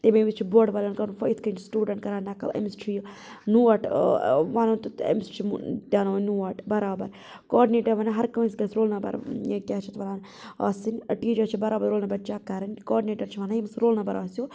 تمے وِزِ چھ بوڑٕ والٮ۪ن کَرُن فون یِتھ کٔنۍ چھِ سِٹوڈَنٹ کَران نَقٕل أمِس چھُ یہِ نوٹ وَنُن تہٕ أمِس چھُ دیناوُن نوٹ بَرابَر کاڈنیٹَر وَنہِ ہَر کٲنٛسہِ أکِس رول نَمبَر یا کیاہ چھ اَتھ وَناں آسِن ٹیچَر چھ بَرابَر رول نَمبَر چیٚک کَرٕنۍ کاڈنیٹَر چھ وَنان ییٚمِس رول نَمبَر آسیٚو